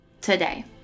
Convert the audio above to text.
today